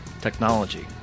technology